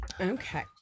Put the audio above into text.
okay